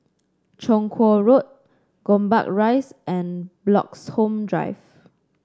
Chong Kuo Road Gombak Rise and Bloxhome Drive